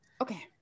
Okay